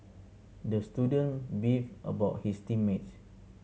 the student beefed about his team mates